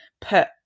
put